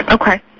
Okay